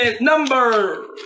number